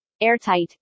airtight